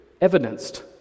evidenced